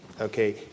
Okay